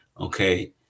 okay